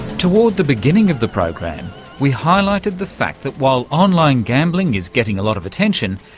toward the beginning of the program we highlighted the fact that while online gambling is getting a lot of attention,